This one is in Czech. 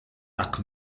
tak